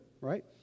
right